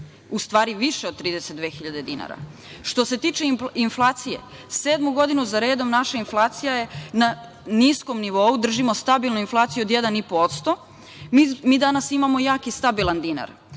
u stvari više od 32.000 dinara. Što se tiče inflacije, sedmu godinu za redom naša inflacija je na niskom nivou, držimo stabilnu inflaciju od 1,5%. Mi danas imamo jak i stabilan dinar. Kada